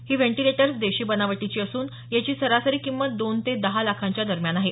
ही ventilators देशी बनावटीची असून याची सरासरी किंमत दोन ते दहा लाखांच्या दरम्यान आहे